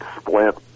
splint